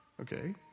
okay